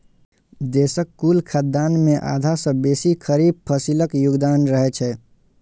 देशक कुल खाद्यान्न मे आधा सं बेसी खरीफ फसिलक योगदान रहै छै